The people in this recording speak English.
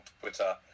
Twitter